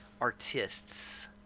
artists